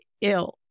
ill